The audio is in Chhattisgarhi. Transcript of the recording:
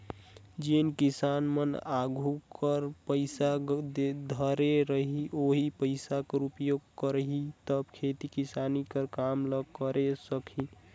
जेन किसान मन आघु कर पइसा धरे रही ओ पइसा कर उपयोग करही तब खेती किसानी कर काम ल करे सकही